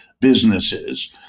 businesses